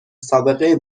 سابقه